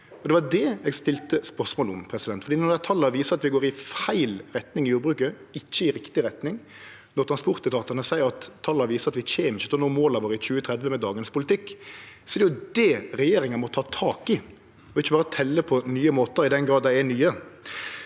det var det eg stilte spørsmål om. Når tala viser at vi går i feil retning i jordbruket, ikkje i riktig retning, når transportetatane seier at tala viser at vi ikkje kjem til å nå måla våre i 2030 med dagens politikk, er det jo det regjeringa må ta tak i, og ikkje berre telje på nye måtar – i den grad dei er nye.